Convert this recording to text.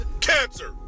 cancer